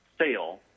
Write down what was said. sale